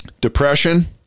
depression